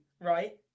right